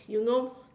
you know